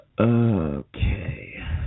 Okay